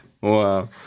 Wow